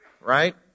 Right